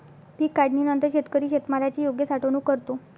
पीक काढणीनंतर शेतकरी शेतमालाची योग्य साठवणूक करतो